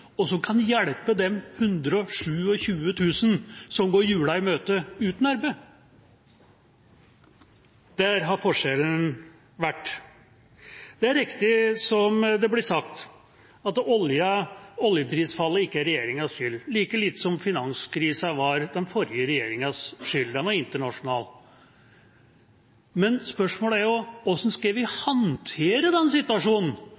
og som kan hjelpe de 127 000 som går jula i møte uten arbeid. Der har forskjellen vært. Det er riktig, som det blir sagt, at oljeprisfallet ikke er regjeringas skyld, like lite som finanskrisa var den forrige regjeringas skyld – den var internasjonal. Men spørsmålet er jo hvordan vi skal håndtere denne situasjonen, når man får en utfordring på den